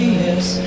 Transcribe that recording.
yes